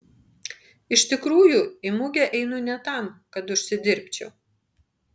iš tikrųjų į mugę einu ne tam kad užsidirbčiau